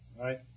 Right